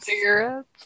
Cigarettes